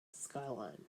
skyline